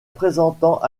présentant